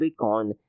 Bitcoin